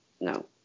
no